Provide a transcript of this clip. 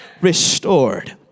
restored